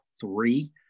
three